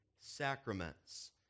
sacraments